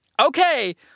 Okay